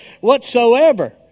whatsoever